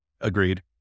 Agreed